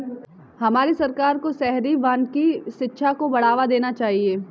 हमारे सरकार को शहरी वानिकी शिक्षा को बढ़ावा देना चाहिए